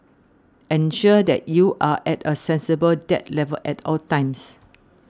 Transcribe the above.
ensure that you are at a sensible debt level at all times